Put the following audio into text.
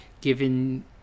given